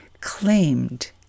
claimed